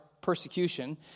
persecution